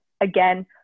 again